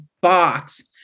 box